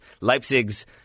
Leipzig's